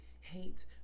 hate